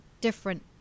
different